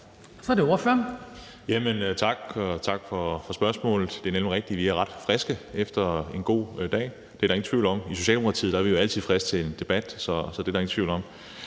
Kasper Roug (S): Tak, og tak for spørgsmålet. Det er nemlig rigtigt, at vi er ret friske efter en god dag; det er der ingen tvivl om. I Socialdemokratiet er vi jo altid friske til en debat, det er der ingen tvivl om.